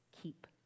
keep